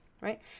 right